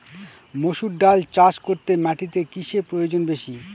মুসুর ডাল চাষ করতে মাটিতে কিসে প্রয়োজন বেশী?